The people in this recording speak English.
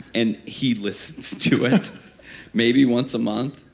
and he listens to it maybe once a month.